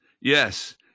Yes